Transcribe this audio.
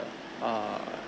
err